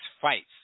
fights